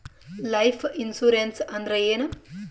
Life insurance ಅಂದ್ರ ಏನ?